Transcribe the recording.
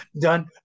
done